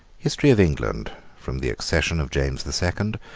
history of england from the accession of james the second